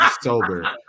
sober